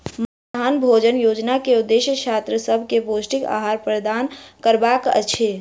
मध्याह्न भोजन योजना के उदेश्य छात्र सभ के पौष्टिक आहार प्रदान करबाक अछि